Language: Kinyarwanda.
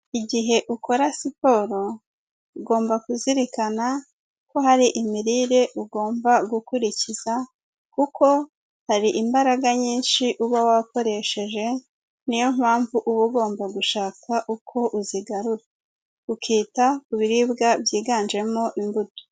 Igihe ukora siporo ugomba kuzirikana ko hari imirire ugomba gukurikiza, kuko hari imbaraga nyinshi uba wakoresheje, niyompamvu uba ugomba gushaka uko uzigara, ukita ku biribwa byiganjemo imbuto.